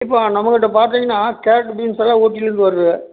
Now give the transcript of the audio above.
இப்போ நம்மக்கிட்ட பார்த்தீங்கன்னா கேரட் பீன்ஸெல்லாம் ஊட்டிலருந்து வருது